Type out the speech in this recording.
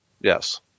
Yes